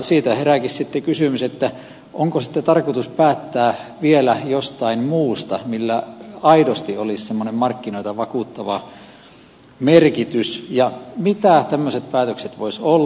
siitä herääkin kysymys onko sitten tarkoitus päättää vielä jostain muusta millä aidosti olisi semmoinen markkinoita vakuuttava merkitys ja mitä tämmöiset päätökset voisivat olla